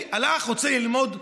הלך, רוצה ללמוד באוניברסיטה.